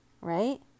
Right